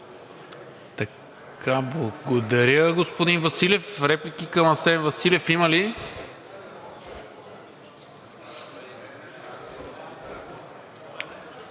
Благодаря.